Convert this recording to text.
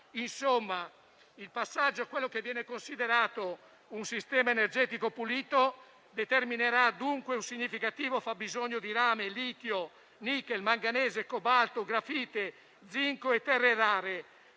Insomma, il passaggio a quello che viene considerato un sistema energetico pulito determinerà dunque un significativo fabbisogno di rame, litio, nichel, manganese, cobalto, grafite, zinco e terre rare,